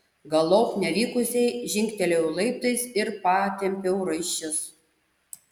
galop nevykusiai žingtelėjau laiptais ir patempiau raiščius